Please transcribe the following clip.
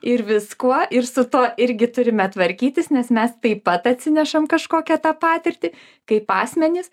ir viskuo ir su tuo irgi turime tvarkytis nes mes taip pat atsinešam kažkokią tą patirtį kaip asmenys